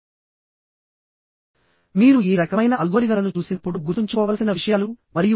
line యొక్క number of bolts అంటే ఈ లైన్ లో ఎన్ని బోల్డ్సు ఉన్నాయి అని